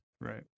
right